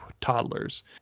toddlers